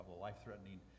life-threatening